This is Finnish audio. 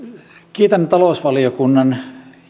kiitän talousvaliokunnan